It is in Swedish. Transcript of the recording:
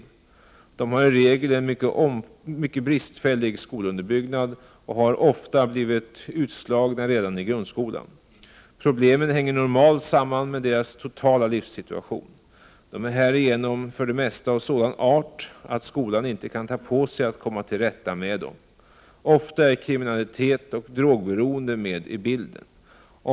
Ungdomarna har i regel en mycket bristfällig skolunderbyggnad och har ofta blivit utslagna redan i grundskolan. Problemen hänger normalt samman med deras totala livssituation. De är härigenom för det mesta av sådan art att skolan inte kan ta på sig att komma till rätta med dem. Ofta är kriminalitet och drogberoende med i bilden.